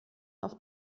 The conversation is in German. auf